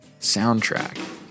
soundtrack